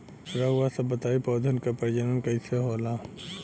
रउआ सभ बताई पौधन क प्रजनन कईसे होला?